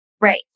Right